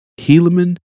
Helaman